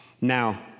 Now